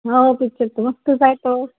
हो पिच्चर तर मस्तच आहे तो